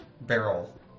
Barrel